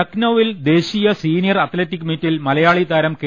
ലക്നൌവിൽ ദേശീയ senior athletic മീറ്റിൽ മലയാളി താരം കെ